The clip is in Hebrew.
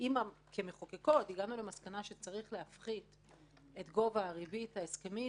כמחוקקות הגענו למסקנה שצריך להפחית את גובה הריבית ההסכמית,